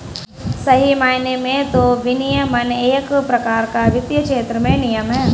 सही मायने में तो विनियमन एक प्रकार का वित्तीय क्षेत्र में नियम है